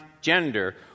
gender